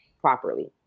properly